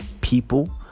people